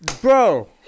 Bro